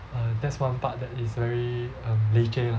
err that's one part that is very um leceh lah